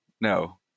No